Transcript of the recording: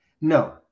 no